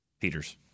Peters